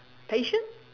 patience